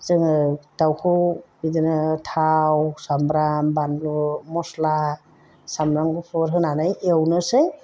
जोङो दाउखौ बिदिनो थाव सामब्राम बानलु मस्ला सामब्राम गुफुर होनानै एवनोसै